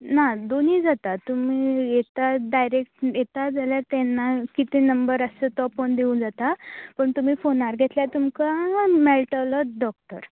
ना दोनूय जाता तुमी येतात डायरेक्ट येतात जाल्यार तेन्नी कितेंय नंबर आसा तो पळोवन दिवूं जाता पूण तुमी फोनार घेतल्यार तुमका मेळटलो डॉक्टर